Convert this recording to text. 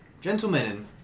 gentlemen